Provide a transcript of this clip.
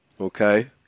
Okay